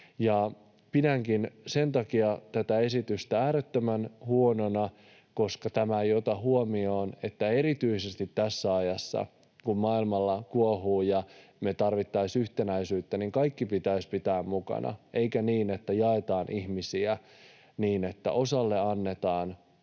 Pidänkin sen takia tätä esitystä äärettömän huonona, koska tämä ei ota huomioon, että erityisesti tässä ajassa, kun maailmalla kuohuu ja me tarvitsisimme yhtenäisyyttä, pitäisi pitää kaikki mukana, eikä niin, että jaetaan ihmisiä niin, että osalle annetaan kauhalla ja